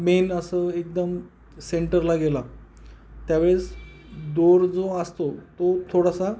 main असं एकदम सेंटरला गेला त्यावेळेस दोर जो असतो तो थोडासा